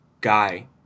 guy